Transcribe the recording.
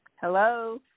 Hello